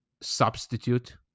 substitute